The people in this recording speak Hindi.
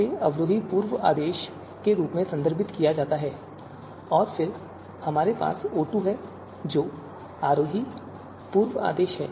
इसे अवरोही पूर्व आदेश के रूप में संदर्भित किया जाता है और फिर हमारे पास O2 है जो आरोही पूर्व आदेश है